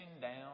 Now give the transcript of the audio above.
down